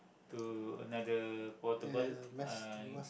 to another portable uh